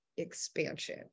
expansion